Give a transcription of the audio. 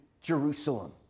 Jerusalem